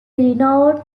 renowned